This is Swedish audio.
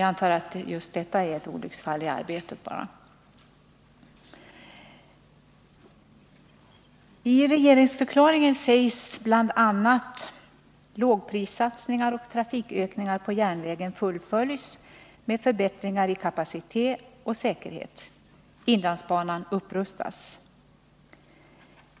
Jag antar att just detta bara är ett olycksfall i arbetet.